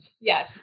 Yes